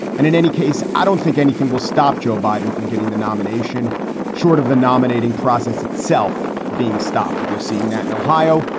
and in any case, i don't think anything will stop joe biden from getting the nomination short of the nominating process itself being stopped. we're seeing that in ohio.